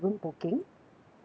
um